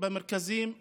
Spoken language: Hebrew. במרכזים האלה.